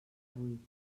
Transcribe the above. buit